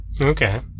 Okay